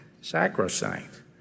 sacrosanct